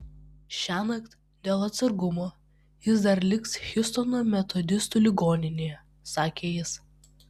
šiąnakt dėl atsargumo jis dar liks hjustono metodistų ligoninėje sakė jis